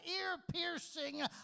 ear-piercing